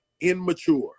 Immature